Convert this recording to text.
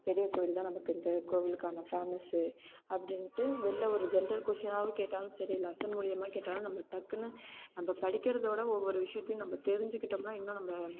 பெரிய கோயில் தான் நமக்கு தஞ்சை கோவிலுக்கான ஃபேமஸு அப்படின்ட்டு வெளில ஒரு ஜென்ரல் கொசினாகவும் கேட்டாலும் சரி லெசன் மூலிமா கேட்டாலும் நம்ம டக்குனு நம்ம படிக்கறதோடு ஒவ்வொரு விஷயத்தையும் நம்ம தெரிஞ்சிக்கிட்டோம்னால் இன்னும் நம்ம